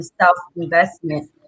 self-investment